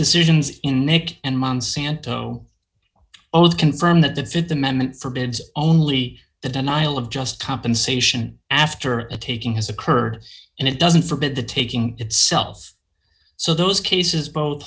decisions in nick and monsanto old confirm that the th amendment forbids only the denial of just compensation after the taking has occurred and it doesn't forbid the taking itself so those cases both